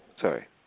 Sorry